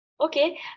Okay